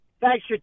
Thanks